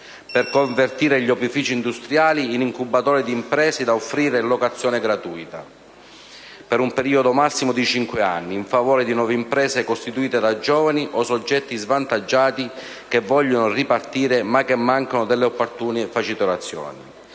per convertire gli opifici industriali in incubatori di imprese da offrire in locazione gratuita, per un periodo massimo di cinque anni, in favore di nuove imprese costituite da giovani o soggetti svantaggiati che vogliono ripartire ma che mancano delle opportune facilitazioni.